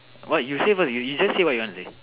what you say first you just say what you want to say